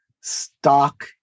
stock